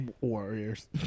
Warriors